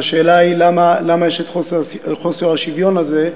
והשאלה היא למה חוסר השוויון הזה,